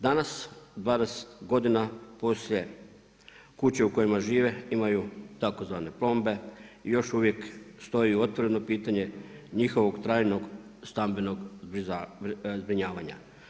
Danas 20 godina poslije kuće u kojima žive imaju tzv. plombe i još uvijek stoji otvoreno pitanje njihovog trajnog stambenog zbrinjavanja.